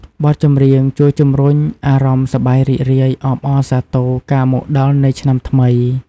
បទចម្រៀងជួយជំរុញអារម្មណ៍សប្បាយរីករាយ អបអរសាទរការមកដល់នៃឆ្នាំថ្មី។